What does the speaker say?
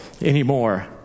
anymore